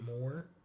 more